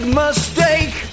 mistake